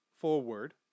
forward